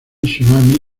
tsunami